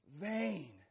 vain